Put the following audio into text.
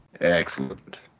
Excellent